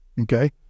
Okay